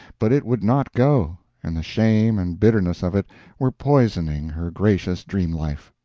but it would not go, and the shame and bitterness of it were poisoning her gracious dream life.